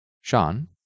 Sean